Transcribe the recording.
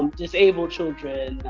disabled children,